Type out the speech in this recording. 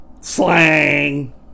slang